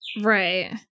right